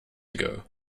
ago